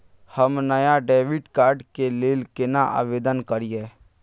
हम नया debit card के लेल केना आवेदन करियै?